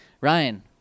Ryan